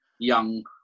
young